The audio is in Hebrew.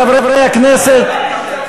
חברי הכנסת,